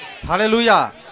Hallelujah